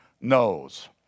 knows